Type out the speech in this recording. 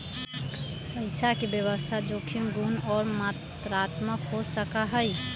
पैसा के व्यवस्था जोखिम गुण और मात्रात्मक हो सका हई